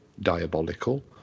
Diabolical